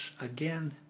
again